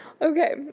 Okay